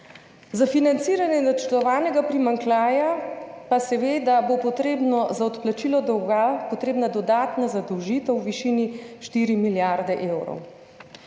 Za financiranje načrtovanega primanjkljaja pa bo seveda potrebna za odplačilo dolga dodatna zadolžitev v višini štiri milijarde evrov.